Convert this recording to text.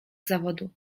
zawodu